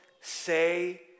say